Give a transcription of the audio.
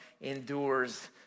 endures